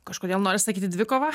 kažkodėl noris sakyti dvikova